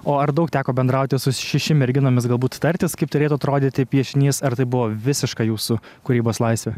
o ar daug teko bendrauti su šiši merginomis galbūt tartis kaip turėtų atrodyti piešinys ar tai buvo visiška jūsų kūrybos laisvė